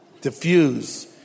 Diffuse